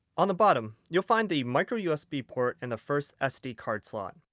on the bottom you'll find the micro usb port and the first sd card slot.